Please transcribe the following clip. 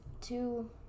two